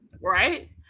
Right